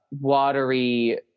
watery